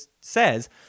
says